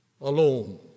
alone